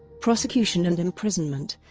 prosecution and imprisonment